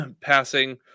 passing